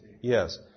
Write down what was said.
Yes